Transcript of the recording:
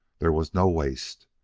there was no waste.